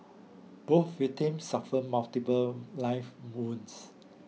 both victims suffered multiple knife wounds